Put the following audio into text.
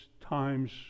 times